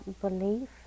belief